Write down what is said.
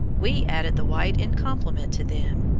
we added the white in compliment to them.